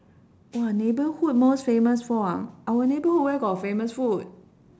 !wah! neighbourhood most famous for ah our neighbourhood where got famous food